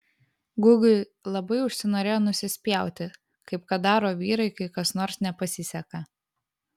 gugiui labai užsinorėjo nusispjauti kaip kad daro vyrai kai kas nors nepasiseka